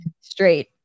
straight